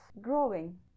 growing